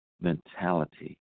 mentality